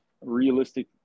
realistic